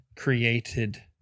created